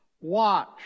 Watch